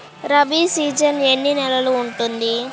Rabi season ఎన్ని నెలలు ఉంటుంది?